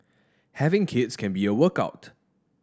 having kids can be a workout